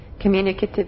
communicative